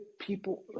people